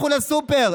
לכו לסופר.